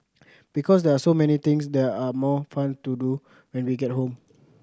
because there are so many things there are more fun to do when we get home